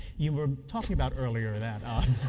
you were talking about earlier that